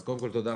אז תודה רבה,